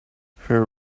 her